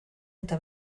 eta